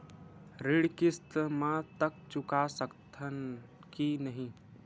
ऋण किस्त मा तक चुका सकत हन कि नहीं?